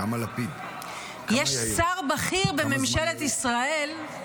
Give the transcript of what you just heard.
יש שר בכיר בממשלת ישראל,